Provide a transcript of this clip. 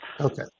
Okay